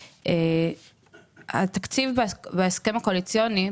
התקציב בהסכם הקואליציוני,